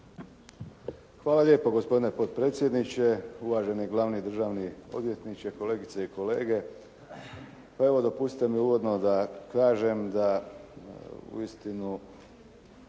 Hvala lijepo gospodine potpredsjedniče, uvaženi glavni državni odvjetniče, kolegice i kolege. Pa evo dopustite mi uvodno da kažem da uistinu